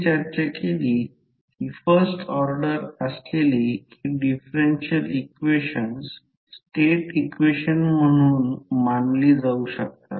तर येथे current i1 डॉटमध्ये प्रवेश करत आहे परंतु या प्रकरणात करंट i2 हा खरं तर डॉटपासून दूर जात आहे